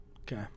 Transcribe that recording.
Okay